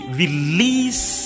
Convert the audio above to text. release